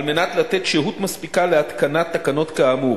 כדי לתת שהות מספיקה להתקנת תקנות כאמור.